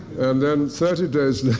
then thirty days